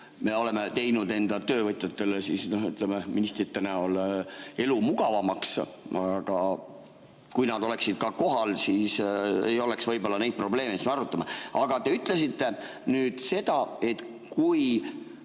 Me oleme teinud enda töövõtjatele ministrite näol elu mugavamaks, aga kui nad oleksid kohal, siis ei oleks võib-olla neid probleeme, mida me arutame. Te ütlesite seda, et kui